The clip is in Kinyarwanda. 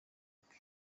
ubwe